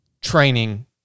training